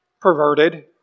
perverted